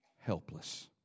helpless